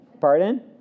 Pardon